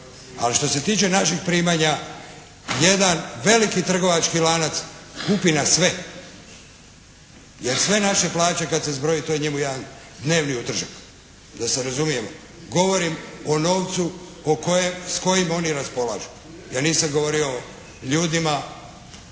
Ali što se tiče naših primanja jedan veliki trgovački lanac kupi nas sve jer sve naše plaće kad se zbroje to je njemu jedan dnevni utržak, da se razumijemo. Govorim o novcu s kojim oni raspolažu, ja nisam govorio o ljudima